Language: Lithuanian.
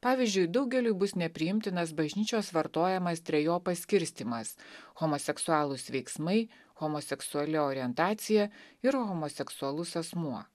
pavyzdžiui daugeliui bus nepriimtinas bažnyčios vartojamas trejopas skirstymas homoseksualūs veiksmai homoseksuali orientacija ir homoseksualus asmuo